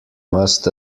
must